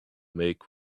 make